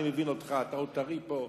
אני מבין אותך, אתה עוד טרי פה,